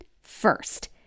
First